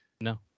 No